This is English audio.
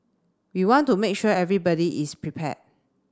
we want to make sure everybody is prepared